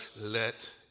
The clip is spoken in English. let